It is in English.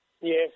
Yes